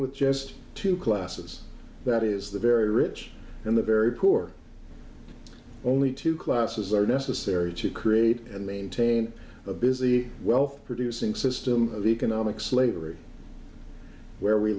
with just two classes that is the very rich and the very poor only two classes are necessary to create and maintain a busy wealth producing system of economic slavery where we